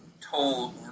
told